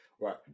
right